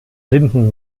linden